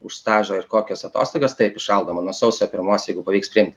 už stažą ir kokias atostogas taip įšaldoma nuo sausio pirmos jeigu pavyks priimti